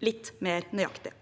litt mer nøyaktig.